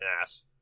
Ass